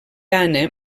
anna